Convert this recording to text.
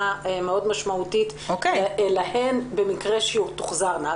מאוד משמעותית להן במקרה שתוחזרנה.